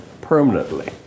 permanently